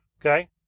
okay